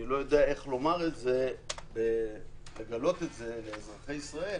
לא יודע איך לגלות את זה לאזרחי ישראל